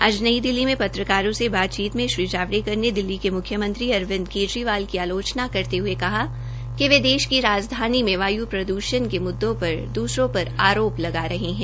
आज नई दिल्ली में पत्रकारों से बातचीत में श्री जावड़ेकर ने दिल्ली के मुख्यमंत्री अरविंद केजरीवाल की आलोचना करते हुए कहा कि वे देश की राजधानी में वायु प्रद्षण के मुददे पर दूसरों पर आरोप लगा रहे हैं